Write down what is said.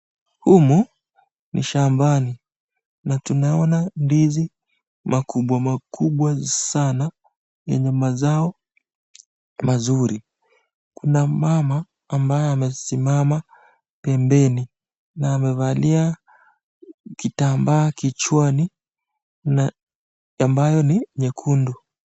Humu ni shambani na tunaona ndizi makubwa makubwa sana yenye mazao mazuri kuna mama ambaye amesimama pembeni na amevalia kitambaa kichwani na ambayo ni nyekundu.